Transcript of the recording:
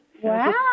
Wow